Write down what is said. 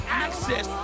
access